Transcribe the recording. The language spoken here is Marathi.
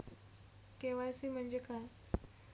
के.वाय.सी म्हणजे काय?